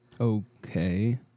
Okay